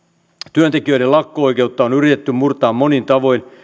työntekijöiden lakko oikeutta on yritetty murtaa monin tavoin